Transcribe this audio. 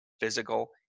physical